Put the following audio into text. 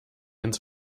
ins